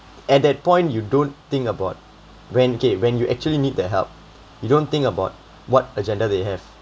at that point you don't think about when K when you actually need their help you don't think about what agenda they have